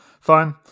fine